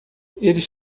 eles